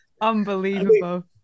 Unbelievable